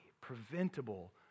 preventable